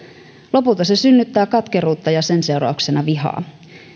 lopulta se synnyttää katkeruutta ja sen seurauksena vihaa